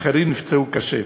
אחרים נפצעו קשה.